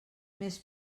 més